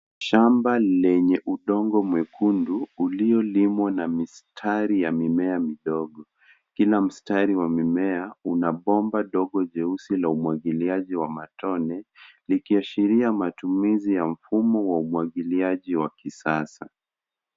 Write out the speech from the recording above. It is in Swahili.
Shamba lenye udongo mwekundu uliolimwa na mistari ya mimea midogo. Kila mstari wa mimea una bomba dogo jeusi la umwagiliaji wa matone likiashiria matumizi ya umwagiliaji wa kisasa